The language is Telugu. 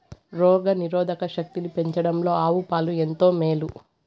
రోగ నిరోధక శక్తిని పెంచడంలో ఆవు పాలు ఎంతో మేలు